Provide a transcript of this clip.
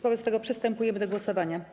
Wobec tego przystępujemy do głosowania.